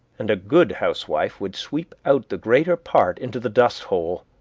and a good housewife would sweep out the greater part into the dust hole,